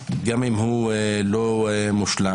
גם אם הוא לא מושלם,